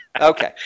Okay